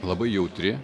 labai jautri